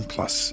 Plus